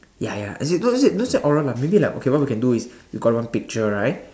ya ya actually don't say don't say oral lah maybe like what we can do is we got one picture right